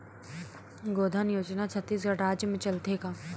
गौधन योजना छत्तीसगढ़ राज्य मा चलथे का?